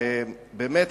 באמת,